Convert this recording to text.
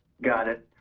got it.